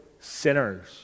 sinners